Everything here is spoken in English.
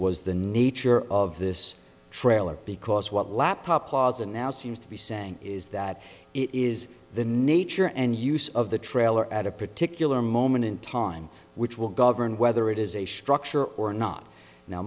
was the nature of this trailer because what laptop plaza now seems to be saying is that it is the nature and use of the trailer at a particular moment in time which will govern whether it is a structure or not now